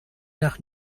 nach